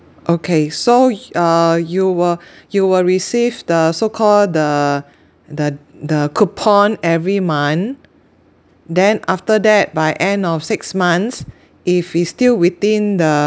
okay so y~ uh you will you will receive the so call the the the coupon every month then after that by end of six months if it still within the